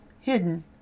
hidden